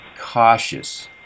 cautious